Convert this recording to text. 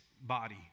body